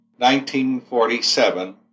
1947